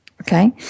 Okay